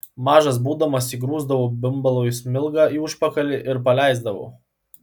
mažas būdamas įgrūsdavau bimbalui smilgą į užpakalį ir paleisdavau